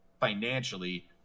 financially